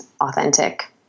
authentic